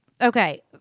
okay